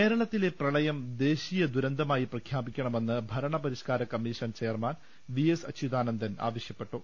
കേരളത്തിലെ പ്രെളയം ദേശീയ ദുരന്തമായി പ്രഖ്യാപിക്കണമെന്ന് ഭരണ പരിഷ്കാര കമ്മീഷൻ ചെയർമാൻ വിഎസ് അച്യുതാനന്ദൻ ആവശ്യപ്പെട്ടു